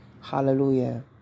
Hallelujah